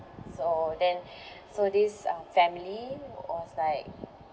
so then so this uh family was like